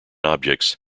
objects